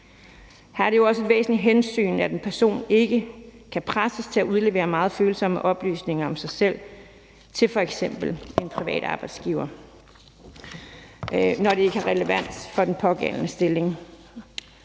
Her er det også et væsentligt hensyn, at en person ikke kan presses til at udlevere meget følsomme oplysninger om sig selv til f.eks. en privat arbejdsgiver, når det ikke har relevans for den pågældende stilling.